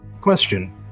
Question